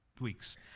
weeks